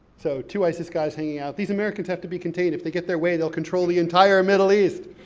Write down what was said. so, two isis guys hanging out. these americans have to be contained. if they get their way, they'll control the entire middle east.